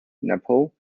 nepal